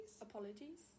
Apologies